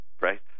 right